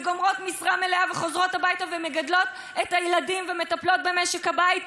וגומרות משרה מלאה וחוזרות הביתה ומגדלות את הילדים ומטפלות במשק הבית,